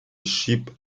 sheep